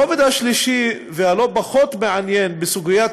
הרובד השלישי והלא-פחות מעניין בסוגיית